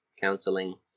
counseling